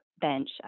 bench